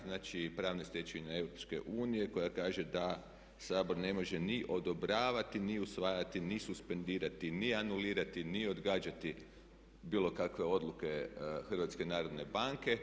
Znači, pravne stečevine EU koja kaže da Sabor ne može ni odobravati ni usvajati, ni suspendirati, ni anulirati, ni odgađati bilo kakve odluke HNB-a.